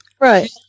Right